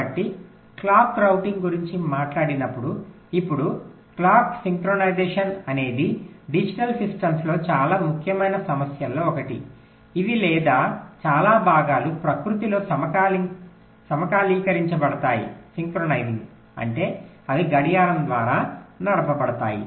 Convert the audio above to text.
కాబట్టి clock routing గురించి మాట్లాడినపుడు ఇప్పుడు క్లాక్ సింక్రొనైజేషన్ అనేది డిజిటల్ సిస్టమ్స్లో చాలా ముఖ్యమైన సమస్యలలో ఒకటి ఇవి లేదా చాలా భాగాలు ప్రకృతిలో సమకాలీకరించబడతాయి అంటే అవి గడియారం ద్వారా నడపబడతాయి